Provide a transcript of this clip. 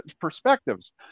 perspectives